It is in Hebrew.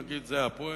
נגיד זה "הפועל",